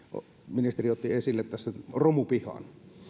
ministeri otti tässä esille romupihan